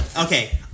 Okay